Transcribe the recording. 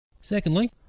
Secondly